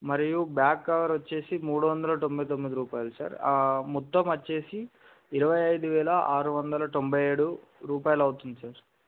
మరియు back cover వచ్చేసి మూడు వందల తొంభై తొమ్మిది రూపాయలు సార్ మొత్తం వచ్చేసి ఇరవై ఐదు వేల ఆరు వందల తొంభై ఏడు రూపాయలు అవుతుంది సార్